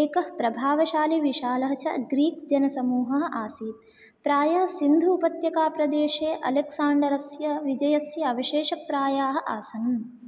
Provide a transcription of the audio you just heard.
एकः प्रभावशाली विशालः च ग्रीक् जनसमूहः आसीत् प्रायः सिन्धु उपत्यकाप्रदेशे अलेक्साण्डरस्य विजयस्य अवशेषप्रायाः आसन्